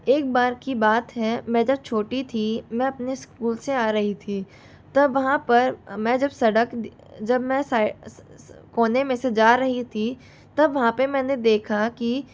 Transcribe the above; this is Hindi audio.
एक बार की बात है मैं जब छोटी थी मैं अपने स्कूल से आ रही थी तब वहाँ पर मैं जब सड़क जब मैं साइड कोने मे से जा रही थी जब वहाँ पर मैंने देखा कि